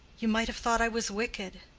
you might have thought i was wicked.